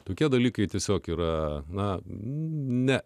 tokie dalykai tiesiog yra na ne